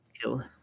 kill